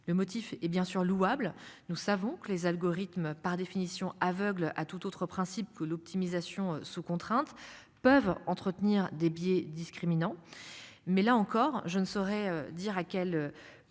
Le motif est bien sûr louable. Nous savons que les algorithmes par définition aveugle à tout autre principe que l'optimisation sous contraintes peuvent entretenir des billets discriminant. Mais là encore je ne saurais dire à quel besoin.